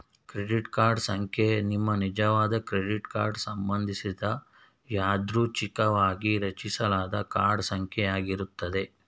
credit card ಸಂಖ್ಯೆ ನಿಮ್ಮನಿಜವಾದ credit card ಸಂಬಂಧಿಸಿದ ಯಾದೃಚ್ಛಿಕವಾಗಿ ರಚಿಸಲಾದ ಕಾರ್ಡ್ ಸಂಖ್ಯೆ ಯಾಗಿರುತ್ತೆ